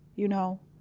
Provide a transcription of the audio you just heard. you know?